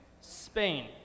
Spain